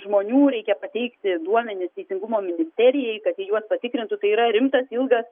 žmonių reikia pateikti duomenis teisingumo ministerijai kad ji juos patikrintų tai yra rimtas ilgas